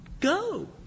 go